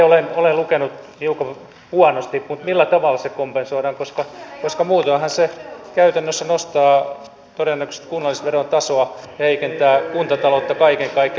sitten olen lukenut hiukan huonosti mutta millä tavalla se kompensoidaan koska muutoinhan se käytännössä nostaa todennäköisesti kunnallisverotasoa ja heikentää kuntataloutta kaiken kaikkiaan